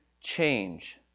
change